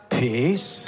peace